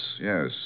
yes